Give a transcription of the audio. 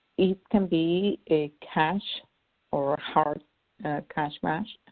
it can be a cash or hard cash match,